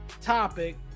topic